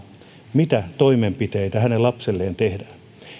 mitä toimenpiteitä hänen lapselleen tehdään